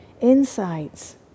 insights